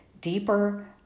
deeper